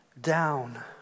down